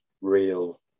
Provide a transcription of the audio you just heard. real